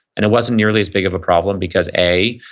and it wasn't nearly as big of a problem because a,